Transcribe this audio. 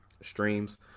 streams